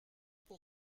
pour